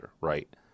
right